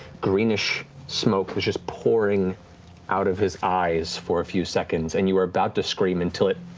greenish smoke was just pouring out of his eyes for a few seconds, and you were about to scream until it